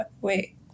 wait